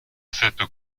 cette